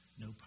no